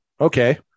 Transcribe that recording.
Okay